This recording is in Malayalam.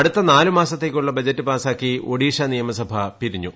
അടുത്ത നാല് മാസത്തേയ്ക്കുള്ള ബജറ്റ് പാസാക്കി ഒഡീഷ നിയമസഭ പിരിഞ്ഞു